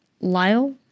Lyle